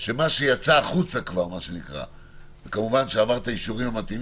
שמה שיצא החוצה כבר וכמובן שעבר את האישורים המתאימים,